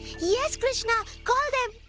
yes, krishna, call them,